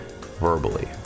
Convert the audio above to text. verbally